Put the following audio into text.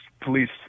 police